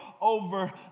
over